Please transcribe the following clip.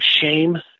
shame